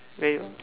very